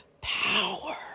power